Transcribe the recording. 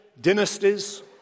dynasties